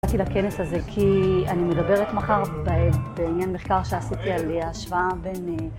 באתי לכנס הזה כי אני מדברת מחר בעניין מחקר שעשיתי על... השוואה בין אה...